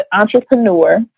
entrepreneur